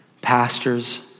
pastors